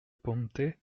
ponte